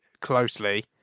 closely